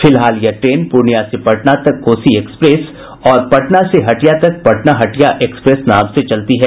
फिलहाल यह ट्रेन पूर्णिया से पटना तक कोसी एक्सप्रेस और पटना से हटिया तक पटना हटिया एक्सप्रेस नाम से चलती है